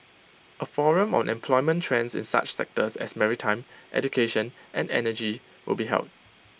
A forum on employment trends in such sectors as maritime education and energy will be held